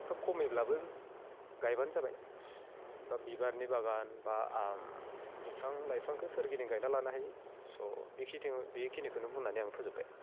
खोब कमैब्लाबो गायबानो जाबाय बा बिबारनि बागान बा बिफां लाइफांखौ सोरगिदिं गायना लानो हायो स' बेखिनि बेखिनिखौनो बुंनानै आं फोजोबबाय